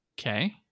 Okay